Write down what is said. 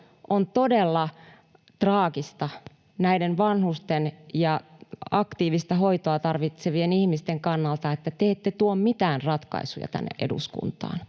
On todella traagista näiden vanhusten ja aktiivista hoitoa tarvitsevien ihmisten kannalta, että te ette tuo mitään ratkaisuja tänne eduskuntaan,